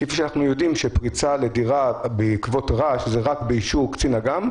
כפי שאנחנו יודעים שפריצה לדירה בעקבות רעש זה רק באישור קצין אג"ם,